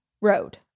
road